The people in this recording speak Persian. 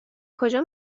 کجا